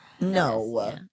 No